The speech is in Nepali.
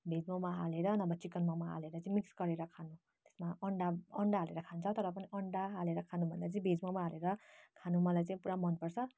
भेज मोमो हालेर नभए चिकन मोमो हालेर चाहिँ मिक्स गरेर खानु त्यसमा अन्डा अन्डा हालेर खान्छ तर पनि अन्डा हालेर खानुभन्दा चाहिँ भेज मोमो हालेर खानु मलाई चाहिँ पुरा मनपर्छ